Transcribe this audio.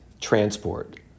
transport